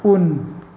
उन